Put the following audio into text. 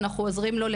אנחנו עוזרים לו,